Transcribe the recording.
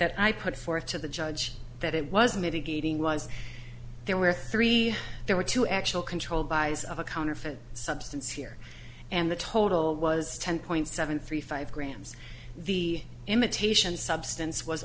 that i put forth to the judge that it was mitigating was there were three there were two actual controlled buys a counterfeit substance here and the total was ten point seven three five grams the imitation substance was